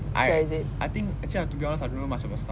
I I think actually I to be honest I don't know much about starbucks lah